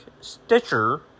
Stitcher